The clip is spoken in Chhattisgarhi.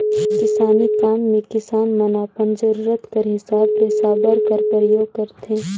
किसानी काम मे किसान मन अपन जरूरत कर हिसाब ले साबर कर परियोग करथे